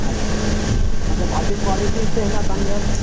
ᱟᱪᱪᱷᱟ ᱟᱪᱪᱷᱟ ᱟᱪᱪᱷᱟ ᱵᱷᱟᱹᱜᱤ ᱠᱳᱭᱟᱞᱤᱴᱤ ᱤᱛᱟᱹ ᱦᱮᱱᱟᱜ ᱛᱟᱢ ᱜᱮᱭᱟ ᱛᱳ